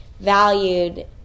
valued